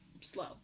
slow